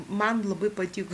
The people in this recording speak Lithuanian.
man labai patiko